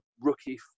rookie